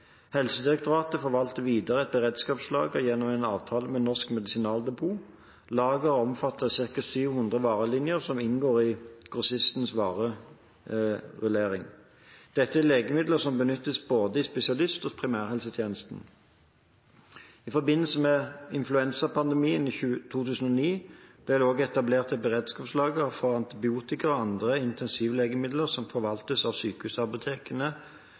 Helsedirektoratet forvalter videre et beredskapslager gjennom en avtale med Norsk Medisinaldepot. Lageret omfatter ca. 700 varelinjer som inngår i grossistens varerullering. Dette er legemidler som benyttes både i spesialisthelsetjenesten og i primærhelsetjenesten. I forbindelse med influensapandemien i 2009 ble det også etablert et beredskapslager av antibiotika og andre intensivlegemidler som forvaltes av